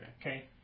Okay